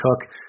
Cook